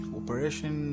operation